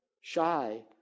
shy